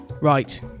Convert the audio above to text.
Right